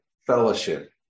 fellowship